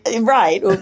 Right